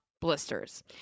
blisters